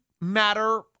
matter